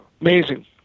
Amazing